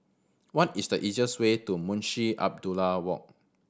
what is the easiest way to Munshi Abdullah Walk